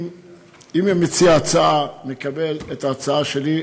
אם מציע ההצעה מקבל את ההצעה שלי,